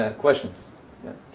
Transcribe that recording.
and questions yeah,